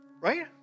Right